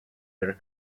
their